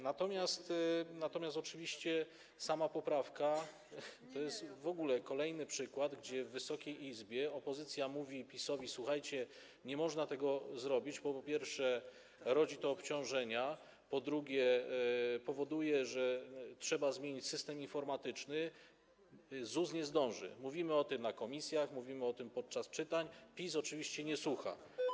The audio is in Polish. Natomiast oczywiście sama poprawka to jest w ogóle kolejny przykład tego, że w Wysokiej Izbie opozycja mówi PiS-owi: słuchajcie, nie można tego zrobić, bo po pierwsze, rodzi to obciążenia, po drugie, powoduje, że trzeba zmienić system informatyczny, ZUS nie zdąży - mówimy o tym w komisjach, mówimy o tym podczas czytań - a PiS oczywiście nie słucha.